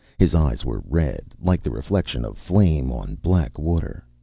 his eyes were red, like the reflection of flame on black water.